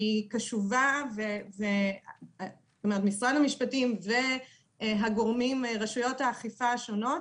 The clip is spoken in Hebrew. אני קשובה ומשרד המשפטים ורשויות האכיפה השונות